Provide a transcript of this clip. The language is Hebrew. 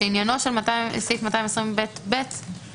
שעניינו של סעיף 220ב(ב),